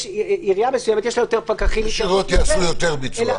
לעירייה מסוימת יש יותר פקחים והיא תעשה יותר.